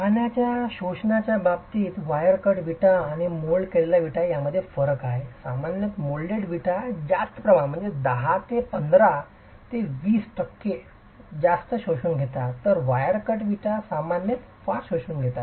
पाण्याच्या शोषणाच्या बाबतीत वायर कट विटा आणि मोल्ड केलेल्या विटा यांच्यातही फरक आहे सामान्यत मोल्डेड विटा जास्त प्रमाणात 10 ते 15 ते 20 टक्के जास्त प्रमाणात शोषून घेतात तर वायर कट विटा सामान्यत फारच शोषून घेतात